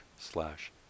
slash